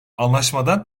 anlaşmadan